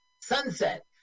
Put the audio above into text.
Sunset